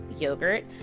yogurt